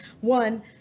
one